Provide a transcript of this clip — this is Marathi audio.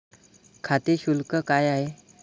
खाते शुल्क काय आहे?